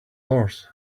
horse